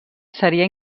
seria